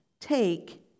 Take